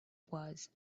was